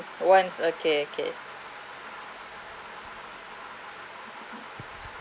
once okay okay